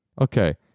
Okay